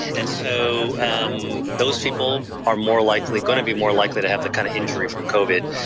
and so um those people are more likely, going to be more likely to have that kind of injury from covid,